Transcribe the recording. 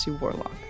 Warlock